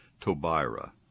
tobira